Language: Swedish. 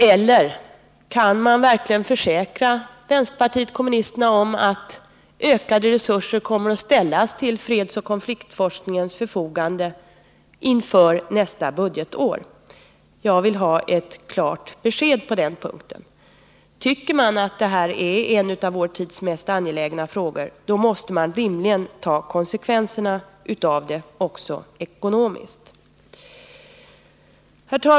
Eller kan man försäkra vänsterpartiet kommunisterna att ökade resurser kommer att ställas till fredsoch konfliktforskningens förfogande inför nästa budgetår? Jag vill ha ett klart besked på den punkten. Tycker man att det här är en av vår tids mest angelägna frågor, måste man rimligen ta konsekvenserna av det, också ekonomiskt.